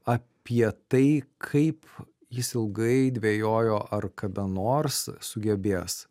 apie tai kaip jis ilgai dvejojo ar kada nors sugebės